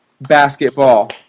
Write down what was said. basketball